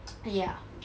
ya